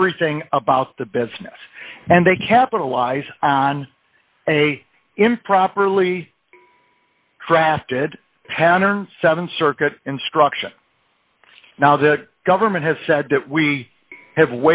everything about the business and they capitalize on a improperly crafted pattern th circuit instruction now the government has said that we ha